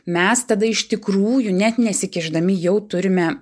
mes tada iš tikrųjų net nesikišdami jau turime